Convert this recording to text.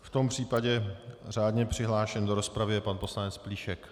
V tom případě řádně přihlášen do rozpravy je pan poslanec Plíšek.